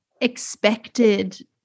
expected